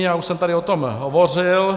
Já už jsem tady o tom hovořil.